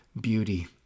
beauty